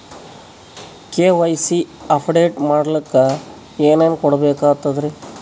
KYC update ಮಾಡಸ್ಲಕ ಏನೇನ ಕೊಡಬೇಕಾಗ್ತದ್ರಿ?